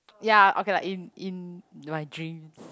ya okay lah in in my dreams